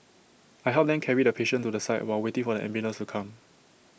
I helped them carry the patient to the side while waiting for the ambulance to come